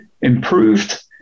improved